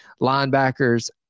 Linebackers